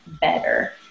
better